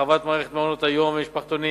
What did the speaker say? להרחבת מערכת מעונות-היום והמשפחתונים